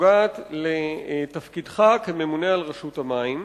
נוגעת לנושא אחר, תפקידך כממונה על רשות המים,